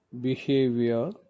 behavior